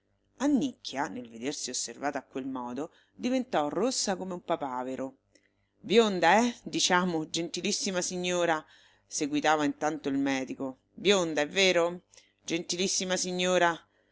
pensiero annicchia nel vedersi osservata a quel modo diventò rossa come un papavero bionda eh diciamo gentilissima signora seguitava intanto il medico bionda è vero gentilissima signora